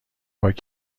پاک